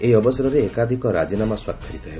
ଏହି ଅବସରରେ ଏକାଧିକ ରାଜିନାମା ସ୍ୱାକ୍ଷରିତ ହେବ